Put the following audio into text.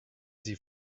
sie